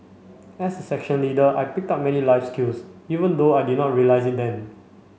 as a section leader I picked up many life skills even though I did not realise it then